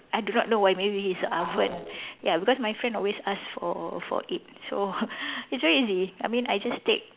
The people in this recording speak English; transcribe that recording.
I do not know why maybe it's the oven ya because my friend always ask for for it so it's very easy I mean I just take